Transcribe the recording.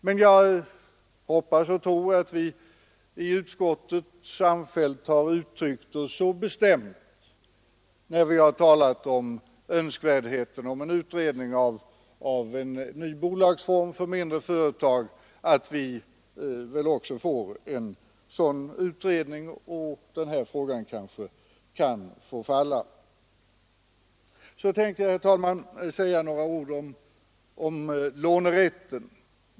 Men jag hoppas och tror att vi i utskottet sam fällt har uttryckt oss så bestämt om nödvändigheten av en utredning om en ny bolagsform för mindre företag att en sådan utredning också kommer till stånd. I så fall kan den här frågan få falla. Så tänkte jag, herr talman, säga några ord om lånerätten.